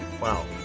wow